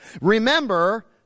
Remember